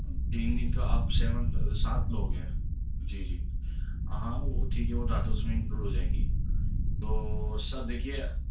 تین دن کا آپ سیون سات لوگ ہیں جی جی ہاں وہ ٹھیک ہے اس میں انکلوڈ ہو جائیں گی تو سر دیکھیے